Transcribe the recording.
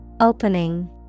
Opening